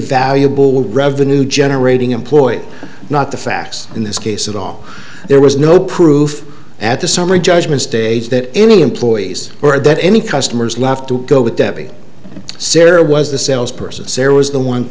valuable revenue generating employee not the facts in this case at all there was no proof at the summary judgment stage that any employees or that any customers left to go with debbie sarah was the sales person sarah was the one